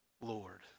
Lord